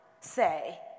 say